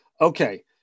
Okay